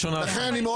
לכן אני מאוד